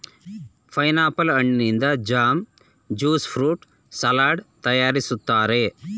pineapple ಹಣ್ಣಿನಿಂದ jam, juice fruit salad ತರಯಾರಿಸ್ತರೆ